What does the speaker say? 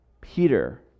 Peter